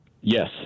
Yes